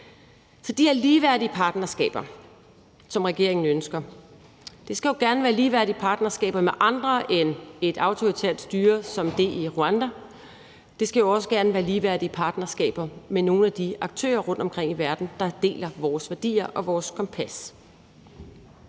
Så de her ligeværdige partnerskaber, som regeringen ønsker, skal jo gerne være ligeværdige partnerskaber med andre end et autoritært styre som det i Rwanda. Det skal jo også gerne være ligeværdige partnerskaber med nogle af de aktører rundtomkring i verden, der deler vores værdier og vores kompas.